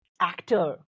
actor